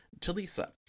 Talisa